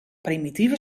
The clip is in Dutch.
primitieve